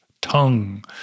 tongue